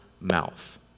mouth